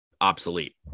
obsolete